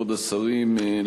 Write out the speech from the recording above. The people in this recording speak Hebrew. כבוד השרים,